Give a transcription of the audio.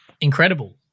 Incredible